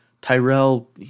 Tyrell